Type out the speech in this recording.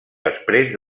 després